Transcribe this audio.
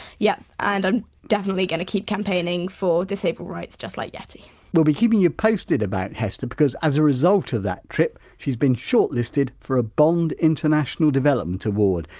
yeah, and i'm definitely going to keep campaigning for disabled rights, just like yeti we'll be keeping you posted about hester because as a result of that trip she's been shortlisted for a bond international development award,